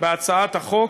בהצעת החוק,